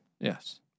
Yes